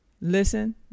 Listen